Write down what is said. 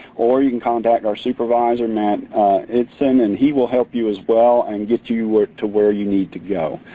or you can contact our supervisor, matt eidson and he will help you as well and get you you to where you need to go.